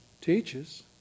teaches